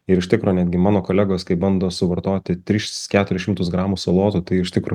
ir iš tikro netgi mano kolegos kai bando suvartoti tris keturis šimtus gramų salotų tai iš tikro